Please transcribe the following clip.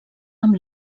amb